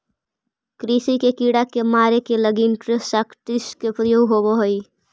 कृषि के कीड़ा के मारे के लगी इंसेक्टिसाइट्स् के प्रयोग होवऽ हई